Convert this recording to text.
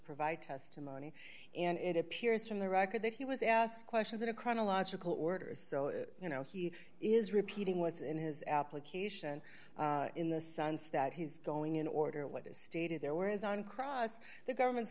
provide testimony and it appears from the record that he was asked questions in a chronological order you know he is repeating what's in his application in the sense that he's going in order what is stated there were is on cross the government's